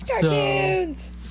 Cartoons